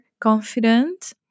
confident